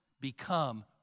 become